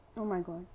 oh my god